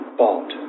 bought